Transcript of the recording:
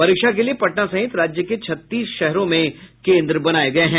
परीक्षा के लिए पटना सहित राज्य के छत्तीस शहरों में केन्द्र बनाये गये हैं